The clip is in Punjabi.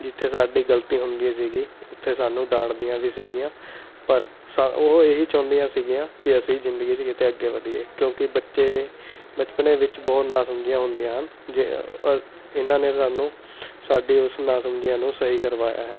ਜਿੱਥੇ ਸਾਡੀ ਗ਼ਲਤੀ ਹੁੰਦੀ ਸੀਗੀ ਉੱਥੇ ਸਾਨੂੰ ਡਾਂਟ ਦੀਆਂ ਵੀ ਸੀਗੀਆਂ ਪਰ ਸ ਉਹ ਇਹੀ ਚਾਹੁੰਦੀ ਸੀਗੀਆਂ ਕਿ ਅਸੀਂ ਜ਼ਿੰਦਗੀ 'ਚ ਕਿਤੇ ਅੱਗੇ ਵਧੀਏ ਕਿਉਂਕਿ ਬੱਚੇ ਬਚਪਨ ਵਿੱਚ ਬਹੁਤ ਨਾ ਸਮਝੀਆਂ ਹੁੰਦੀਆਂ ਹਨ ਜੇ ਇਹਨਾਂ ਨੇ ਸਾਨੂੰ ਸਾਡੀ ਉਸ ਨਾ ਸਮਝੀਆਂ ਨੂੰ ਸਹੀ ਕਰਵਾਇਆ ਹੈ